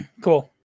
cool